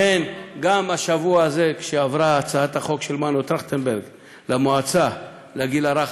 גם השבוע הזה עברה הצעת החוק של מנו טרכטנברג למועצה לגיל הרך,